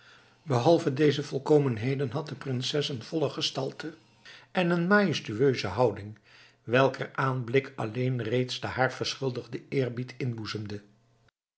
behalve deze volkomenheden had de prinses een volle gestalte en een majestueuze houding welker aanblik alleen reeds den haar verschuldigden eerbied